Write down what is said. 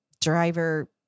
Driver